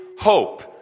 hope